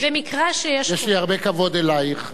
מאחר שאני חושבת שצריכים לחוקק פה חוק.